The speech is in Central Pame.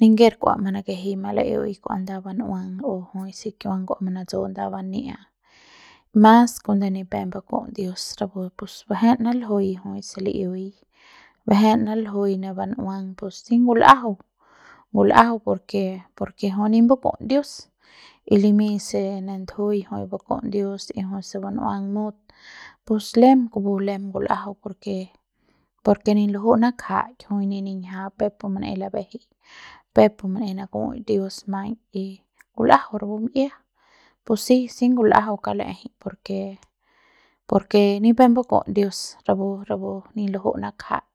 ninker kua manakejei malaeui kua nda ban'uang o jui se kiuang nda mana'tsu nda bania'a mas kuande ne pe baku'uts dios rapu pus bajen naljui se li'iuiñ bajen naljui ne ban'uang pus si ngul'ajau, ngul'jau por ke, por ke jui nip baku'uts dios y limiñ se ne ndujuiñ jui baku'uts dios y jui se bun'uang mut pus lem kupu lem ngul'ajau por ke, por ke ni luju'u nakjaik jui ne niñja peuk pe manaei labajei peuk pu manaei naku'uts dios maiñ y ngul'ajau rapu mi'ia pus si si ngul'ajau kauk la'ejei por ke por ke ni pe baku'uts dios rapu rapu ni laju'u nakjaik.